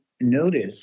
notice